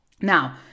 Now